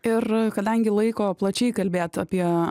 ir kadangi laiko plačiai kalbėt apie